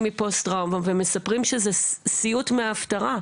מפוסט טראומה ומספרים שזה סיוט מההפטרה,